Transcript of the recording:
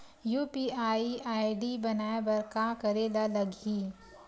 UPI ID बनाये बर का करे ल लगही?